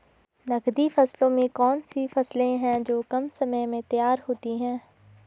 नकदी फसलों में कौन सी फसलें है जो कम समय में तैयार होती हैं?